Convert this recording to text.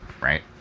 right